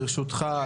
ברשותך,